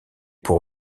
pour